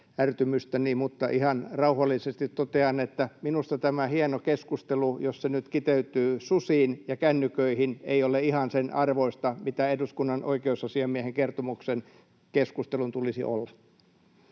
mutta ihan rauhallisesti totean, että jos tämä hieno keskustelu nyt kiteytyy susiin ja kännyköihin, niin minusta se ei ole ihan sen arvoista, mitä eduskunnan oikeusasiamiehen kertomuksen keskustelun tulisi olla.